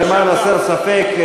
למען הסר ספק,